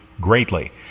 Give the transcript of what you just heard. greatly